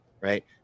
right